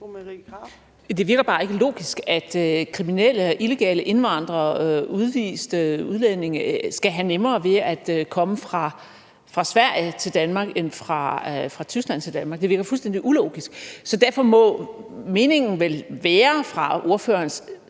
Det virker bare ikke logisk, at kriminelle og illegale indvandrere og udviste udlændinge skal have nemmere ved at komme fra Sverige til Danmark end fra Tyskland til Danmark – det virker fuldstændig ulogisk. Så derfor må meningen vel være fra ordførerens